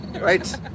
right